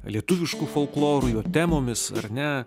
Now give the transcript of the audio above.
lietuvišku folkloru jo temomis ar ne